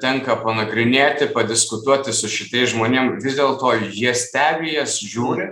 tenka panagrinėti padiskutuoti su šitais žmonėm vis dėlto jie stebi jas žiūri